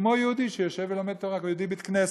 כמו יהודי שיושב ולומד תורה, יהודי בבית-כנסת.